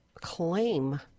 claim